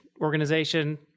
organization